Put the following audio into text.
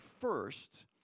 first